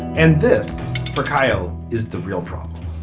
and this for kyle is the real problem.